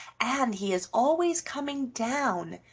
and he is always coming down,